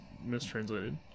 mistranslated